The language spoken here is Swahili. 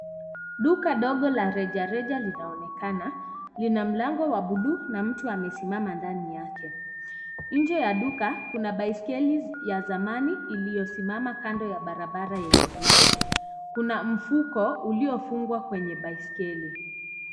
Duka ndogo la rejareja linaonekana, lina mlango wa bluu na mtu amesimama ndani yake. Nje ya duka, kuna baiskeli ya zamani iliyosimama kando ya barabara yenye vumbi. Kuna mfuko uliyofungwa kwenye baiskeli.